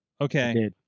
Okay